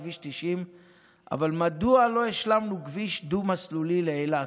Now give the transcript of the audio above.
כביש 90. אבל מדוע לא השלמנו כביש דו-מסלולי לאילת?